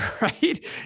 right